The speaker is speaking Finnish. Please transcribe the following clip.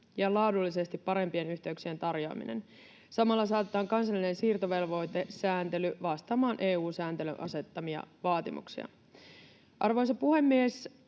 ja laadullisesti parempien yhteyksien tarjoaminen. Samalla saatetaan kansallinen siirtovelvoitesääntely vastaamaan EU-sääntelyn asettamia vaatimuksia. Arvoisa puhemies!